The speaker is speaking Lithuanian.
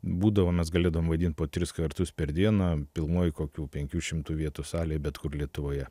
būdavo mes galėdavom vaidinti po tris kartus per dieną pilnoj kokių penkių šimtų vietų salėj bet kur lietuvoje